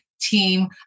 team